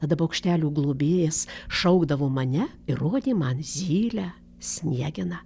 tada paukštelių globėjas šaukdavo mane ir rodė man zylę sniegeną